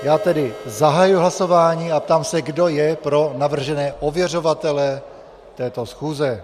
Já tedy zahajuji hlasování a ptám se, kdo je pro navržené ověřovatele této schůze.